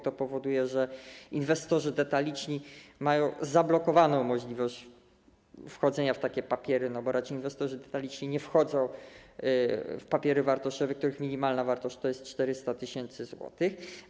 To powoduje, że inwestorzy detaliczni mają zablokowaną możliwość wchodzenia w takie papiery, bo raczej inwestorzy detaliczni nie wchodzą w papiery wartościowe, których minimalna wartość wynosi 400 tys. zł.